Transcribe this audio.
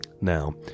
Now